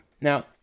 Now